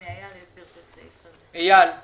שיפרסו להם תשלומים, בתקופת הקורונה לכולם קשה.